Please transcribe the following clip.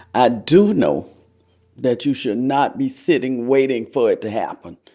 i do know that you should not be sitting, waiting for it to happen,